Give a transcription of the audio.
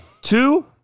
two